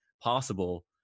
possible